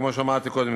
כפי שאמרתי קודם,